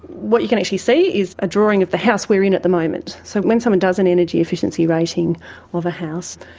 what you can actually see is a drawing of the house we're in at the moment. so when someone does an energy efficiency rating of a house,